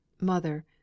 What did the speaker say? Mother